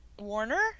Warner